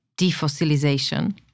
defossilization